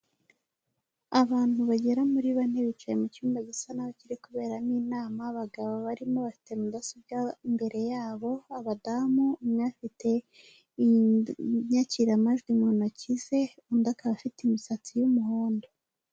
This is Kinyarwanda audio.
Abantu bagera muri bane bicaye mu cyumba gisa nabi, kiri kuberamo inama, abagabo barimo bafite mudasobwa imbere yabo, abadamu umwe afite inyakiramajwi mu ntoki ze undi akaba afite imisatsi y'umuhondo.